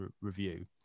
review